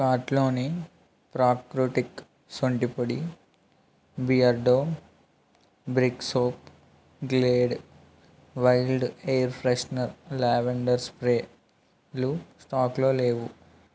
కార్ట్లోని ప్రాకృతిక్ శొంఠి పొడి Beardo brick soap Glade wild air freshener lavender స్ప్రేలు స్టాకులో లేవు